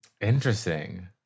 Interesting